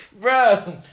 Bro